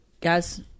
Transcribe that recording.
guys